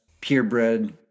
Purebred